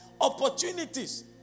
opportunities